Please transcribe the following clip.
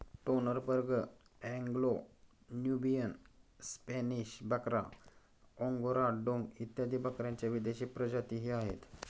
Toggenburg, Anglo Nubian, Spanish बकरा, Angora डोंग इत्यादी बकऱ्यांच्या विदेशी प्रजातीही आहेत